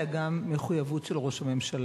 גם מחויבות של ראש הממשלה.